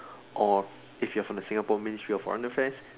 or if you're from the Singapore ministry of foreign affairs